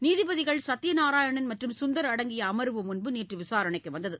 நீதிபதிகள் சத்யநாராயணன் மற்றும் சுந்தர் அடங்கிய அமர்வு முன்பு நேற்று விசாரணைக்கு வந்தது